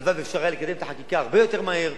הלוואי שאפשר היה לקדם את החקיקה הרבה יותר מהר,